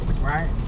right